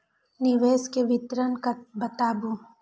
निवेश के विवरण बताबू?